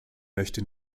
möchte